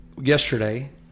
Yesterday